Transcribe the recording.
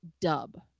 dub